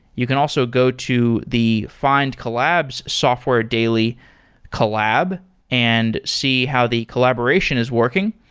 you can also go to the findcollabs software daily collab and see how the collaboration is working.